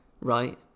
right